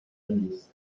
ministre